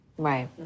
Right